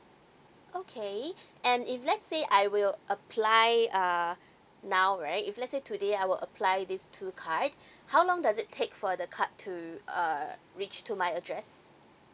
okay and if let say I will apply uh now right if let say today I will apply these two card how long does it take for the card to err reach to my address